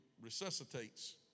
resuscitates